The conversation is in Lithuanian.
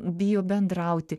bijo bendrauti